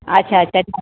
अच्छा त